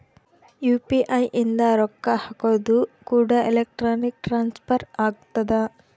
UPI ಇಂದ ರೊಕ್ಕ ಹಕೋದು ಕೂಡ ಎಲೆಕ್ಟ್ರಾನಿಕ್ ಟ್ರಾನ್ಸ್ಫರ್ ಆಗ್ತದ